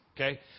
okay